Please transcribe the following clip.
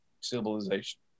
civilization